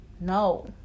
No